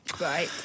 Right